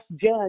judge